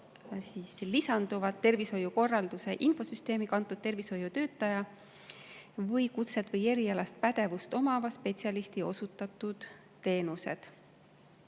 lisanduvad tervishoiukorralduse infosüsteemi kantud tervishoiutöötaja ja kutset või erialast pädevust omava spetsialisti osutatud teenused.